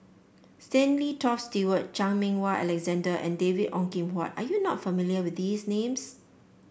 Stanley Toft Stewart Chan Meng Wah Alexander and David Ong Kim Huat are you not familiar with these names